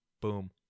Boom